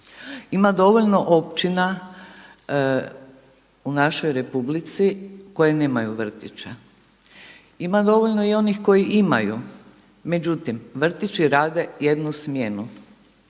Ima dovoljno općina u našoj Republici koje nemaju vrtića. Ima dovoljno i onih koji imaju, međutim vrtići rade jednu smjenu.